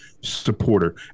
supporter